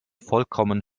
vollkommen